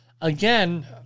again